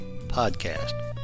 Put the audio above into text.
podcast